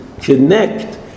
connect